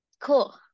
Cool